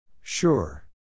Sure